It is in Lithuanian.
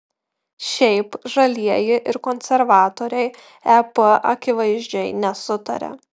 šiaip žalieji ir konservatoriai ep akivaizdžiai nesutaria